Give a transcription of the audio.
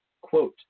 Quote